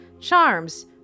charms